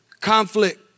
conflict